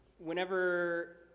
Whenever